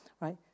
Right